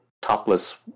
Topless